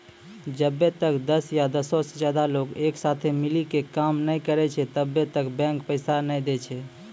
जब्बै तक दस या दसो से ज्यादे लोग एक साथे मिली के काम नै करै छै तब्बै तक बैंक पैसा नै दै छै